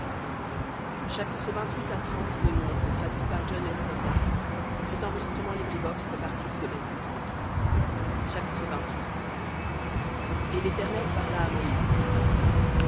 et l'éternel parla à moïse disant